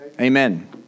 Amen